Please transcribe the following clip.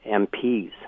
MPs